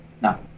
Now